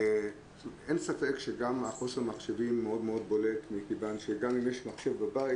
אין ספק שחוסר המחשבים מאוד בולט מכיוון שגם אם יש מחשב בבית,